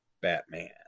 Batman